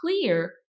clear